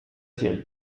série